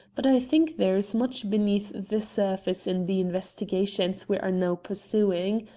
but i think there is much beneath the surface in the investigations we are now pursuing.